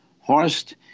Horst